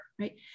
Right